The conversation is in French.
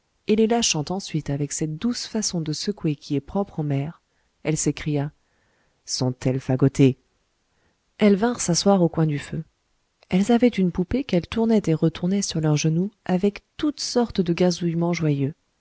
et les lâchant ensuite avec cette douce façon de secouer qui est propre aux mères elle s'écria sont-elles fagotées elles vinrent s'asseoir au coin du feu elles avaient une poupée qu'elles tournaient et retournaient sur leurs genoux avec toutes sortes de gazouillements joyeux